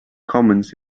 commons